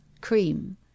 cream